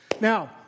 Now